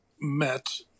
met